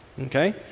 Okay